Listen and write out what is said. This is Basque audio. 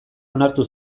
onartu